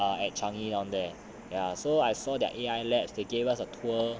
err at changi down there ya so I saw that A_I labs they gave us a tour